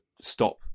stop